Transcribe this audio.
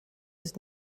was